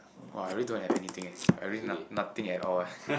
!wah! I really don't have anything eh I really not~ nothing at all eh